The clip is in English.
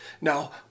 Now